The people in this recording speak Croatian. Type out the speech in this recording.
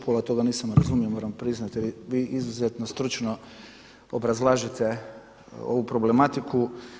Pola toga nisam razumio moram priznati jer vi izuzetno stručno obrazlažete ovu problematiku.